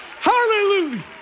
Hallelujah